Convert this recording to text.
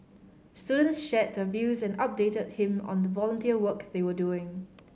students shared the views and updated him on the volunteer work they were doing